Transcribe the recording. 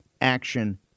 action